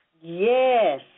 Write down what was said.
Yes